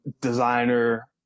designer